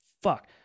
fuck